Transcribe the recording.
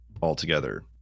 Altogether